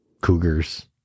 Cougars